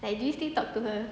like do you still talk to her